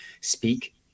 speak